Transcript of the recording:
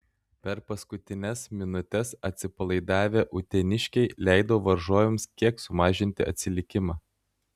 per paskutines minutes atsipalaidavę uteniškiai leido varžovams kiek sumažinti atsilikimą